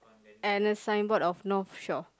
and a signboard of North Shore